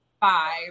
five